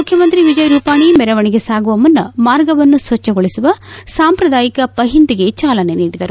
ಮುಖ್ಯಮಂತ್ರಿ ವಿಜಯ್ ರೂಪಾಣಿ ಮೆರವಣಿಗೆ ಸಾಗುವ ಮುನ್ನ ಮಾರ್ಗವನ್ನು ಸ್ವಚ್ಚಗೊಳಿಸುವ ಸಾಂಪ್ರದಾಯಿಕ ಪಹಿಂದ್ಗೆ ಚಾಲನೆ ನೀಡಿದರು